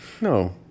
No